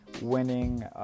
winning